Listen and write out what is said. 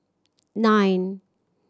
nine